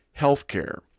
healthcare